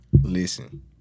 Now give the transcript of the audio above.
Listen